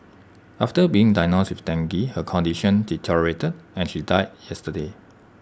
after being diagnosed with dengue her condition deteriorated and she died yesterday